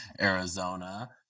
Arizona